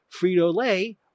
Frito-Lay